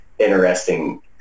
interesting